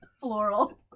Floral